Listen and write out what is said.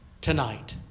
tonight